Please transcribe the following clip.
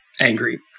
angry